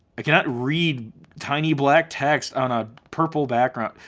i cannot read tiny black text on a purple background.